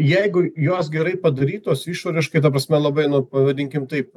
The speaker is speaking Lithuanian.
jeigu jos gerai padarytos išoriškai ta prasme labai nu pavadinkim taip